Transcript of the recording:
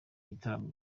gitaramo